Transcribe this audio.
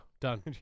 Done